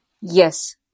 Yes